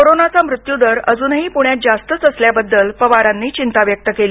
कोरोनाचा मृत्युदर अजूनही पूण्यात जास्तच असल्याबद्दल पवारांनी चिंता व्यक्त केली